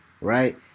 right